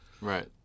right